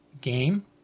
game